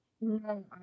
No